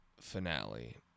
finale